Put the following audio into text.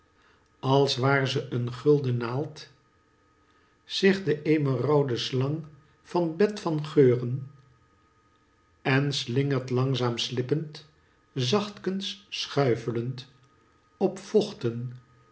als waar ze een gulden naald zich de emerauden slang van t bed van geuren en slingert langzaarn slippend zachtkens schuiflend op vochten